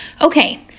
Okay